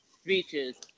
speeches